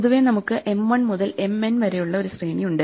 പൊതുവേ നമുക്ക് M 1 മുതൽ M n വരെയുള്ള ഒരു ശ്രേണി ഉണ്ട്